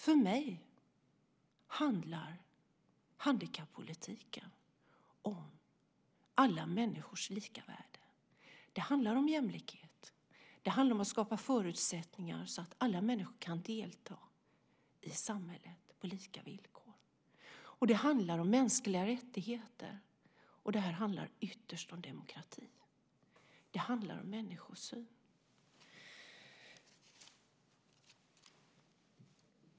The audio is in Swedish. För mig handlar handikappolitiken om alla människors lika värde. Det handlar om jämlikhet och att skapa förutsättningar så att alla människor kan delta i samhället på lika villkor. Det handlar om mänskliga rättigheter, och det handlar ytterst om demokratin. Det handlar om människosyn.